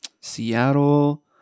Seattle